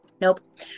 nope